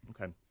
Okay